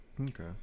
Okay